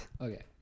Okay